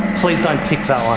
please don't pick that